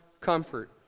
comfort